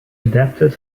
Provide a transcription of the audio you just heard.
adapted